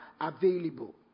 available